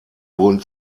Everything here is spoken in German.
wurden